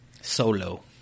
Solo